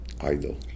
idle